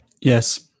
Yes